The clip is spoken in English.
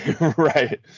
Right